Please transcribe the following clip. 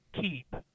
keep